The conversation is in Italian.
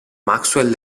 maxwell